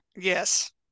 yes